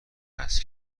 است